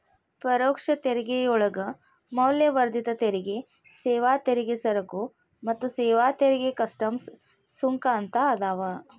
ಪರೋಕ್ಷ ತೆರಿಗೆಯೊಳಗ ಮೌಲ್ಯವರ್ಧಿತ ತೆರಿಗೆ ಸೇವಾ ತೆರಿಗೆ ಸರಕು ಮತ್ತ ಸೇವಾ ತೆರಿಗೆ ಕಸ್ಟಮ್ಸ್ ಸುಂಕ ಅಂತ ಅದಾವ